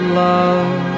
love